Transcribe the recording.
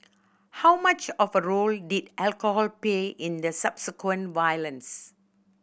how much of a role did alcohol play in the subsequent violence